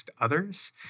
others